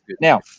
now